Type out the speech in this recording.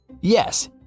Yes